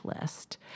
list